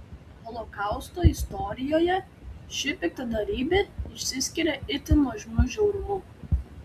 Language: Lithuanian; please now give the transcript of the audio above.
holokausto istorijoje ši piktadarybė išsiskiria itin nuožmiu žiaurumu